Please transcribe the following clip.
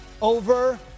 over